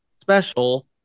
special